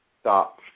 stop